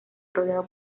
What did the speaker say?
rodeado